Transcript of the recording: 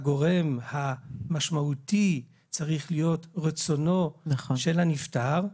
הגורם המשמעותי צריך להיות רצונו של הנפטר,